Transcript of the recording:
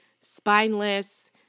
spineless